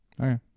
Okay